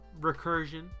recursion